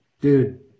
Dude